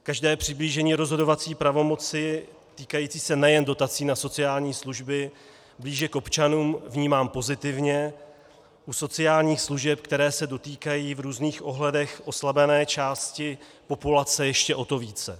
Každé přiblížení rozhodovací pravomoci týkající se nejen dotací na sociální služby blíže k občanům vnímám pozitivně, u sociálních služeb, které se dotýkají v různých ohledech oslabené části populace, ještě o to více.